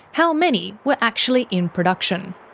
how many were actually in production.